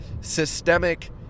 Systemic